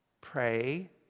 Pray